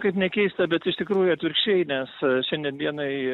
kaip nekeista bet iš tikrųjų atvirkščiai nes šiandien dienai